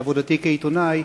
בעבודתי כעיתונאי,